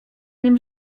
nim